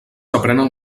aprenen